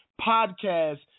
Podcast